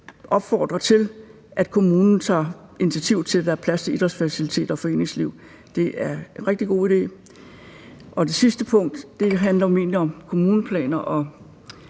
opfordre til, at kommunen tager initiativ til, at der er plads til idrætsfaciliteter og foreningsliv. Det er en rigtig god idé. Og det sidste punkt handler om kommuneplaner og